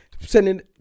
sending